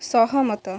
ସହମତ